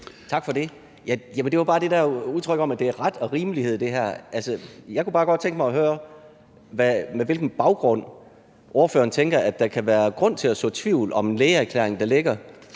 i forhold til det der udtryk om, at det her er ret og rimeligt. Altså, jeg kunne bare godt tænke mig at høre, på hvilken baggrund ordføreren tænker at der kan være grund til at så tvivl om en lægeerklæring, der ligger